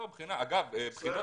בחינה ממש.